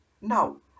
Now